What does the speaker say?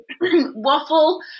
waffle